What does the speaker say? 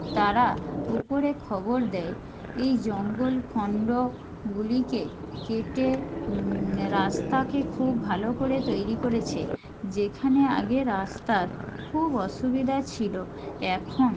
তারা উপরে খবর দেয় এই জঙ্গলখন্ড গুলিকে কেটে রাস্তাকে খুব ভালো করে তৈরি করেছে যেখানে আগে রাস্তার খুব অসুবিধা ছিলো এখন